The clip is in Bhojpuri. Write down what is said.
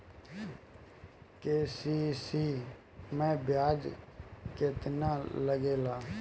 के.सी.सी मै ब्याज केतनि लागेला?